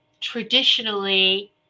traditionally